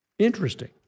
Interesting